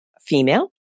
female